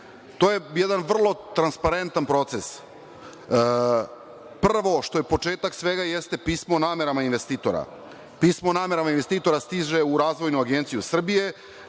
To je jedan vrlo transparentan proces. Prvo, što je početak svega, jeste pismo o namerama investitora. Pismo o namerama investitora stiže u Razvojnu agenciju Srbije.